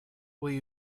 will